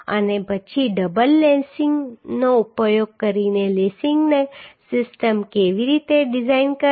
અને પછી ડબલ લેસિંગનો ઉપયોગ કરીને લેસિંગ સિસ્ટમ કેવી રીતે ડિઝાઇન કરવી